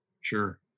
Sure